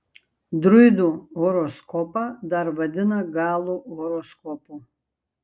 druidų horoskopą dar vadina galų horoskopu